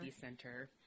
center